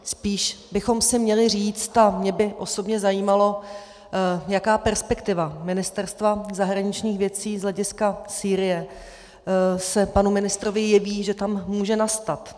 Spíš bychom si měli říct a mě by osobně zajímalo, jaká perspektiva Ministerstva zahraničních věcí z hlediska Sýrie se panu ministrovi jeví, že tam může nastat.